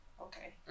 Okay